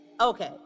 Okay